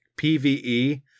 PVE